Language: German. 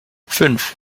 fünf